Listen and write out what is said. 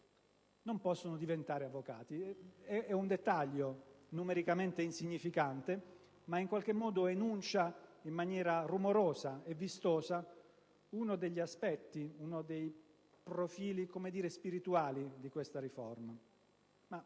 non possono diventare avvocati. È un dettaglio numericamente insignificante, ma in qualche modo enuncia in maniera rumorosa e vistosa uno dei profili - come dire - spirituali di questa riforma.